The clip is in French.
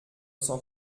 cent